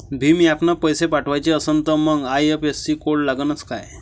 भीम ॲपनं पैसे पाठवायचा असन तर मंग आय.एफ.एस.सी कोड लागनच काय?